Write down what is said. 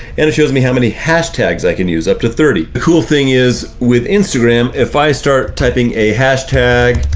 and it shows me how many hashtags i can use, up to thirty. the cool thing is with instagram, if i start typing a hashtag,